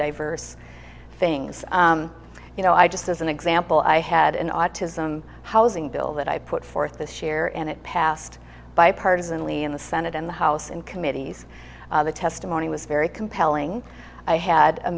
diverse things you know i just as an example i had an autism housing bill that i put forth this year and it passed bipartisan lee in the senate and the house and committees the testimony was very compelling i had a